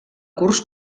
curs